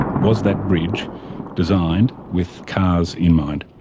was that bridge designed with cars in mind?